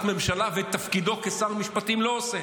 ממשלה ואת תפקידו כשר משפטים לא עושה,